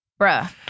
bruh